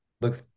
look